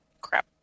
crap